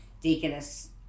deaconess